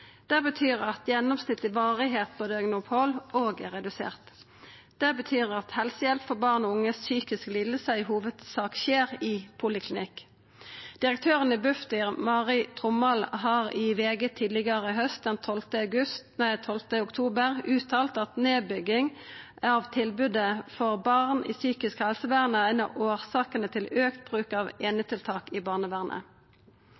Det betyr at den gjennomsnittlege varigheita på døgnopphalda også er redusert. Det betyr at helsehjelpa for barn og unges psykiske lidingar i hovudsak skjer i poliklinikk. Direktøren i Bufdir, Mari Trommald, uttalte til VG den 12. oktober i haust at nedbygging av tilbodet for barn i psykisk helsevern er ei av årsakene til auka bruk av